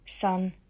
Son